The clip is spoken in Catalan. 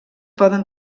poden